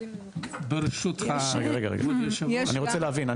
אני רוצה להבין.